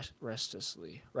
restlessly